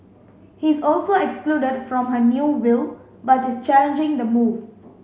he's also excluded from her new will but is challenging the move